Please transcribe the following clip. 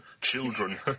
Children